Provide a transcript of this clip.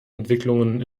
entwicklungen